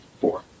Four